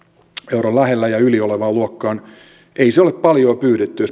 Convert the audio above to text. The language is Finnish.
euron lähelle ja yli olevaan luokkaan ei se ole paljoa pyydetty jos